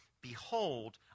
Behold